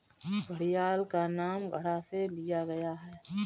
घड़ियाल का नाम घड़ा से लिया गया है